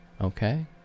Okay